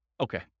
Okay